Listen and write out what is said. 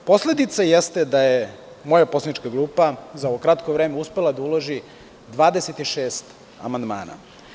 Posledica jeste da je moja poslanička grupa za ovo kratko vreme uspela da uloži 26 amandmana.